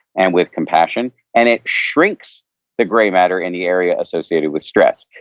and with compassion, and it shrinks the gray matter in the area associated with stress.